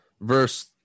verse